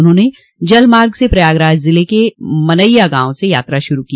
उन्होंने जल मार्ग से प्रयागराज जिले के मनइया गांव से यात्रा शुरू की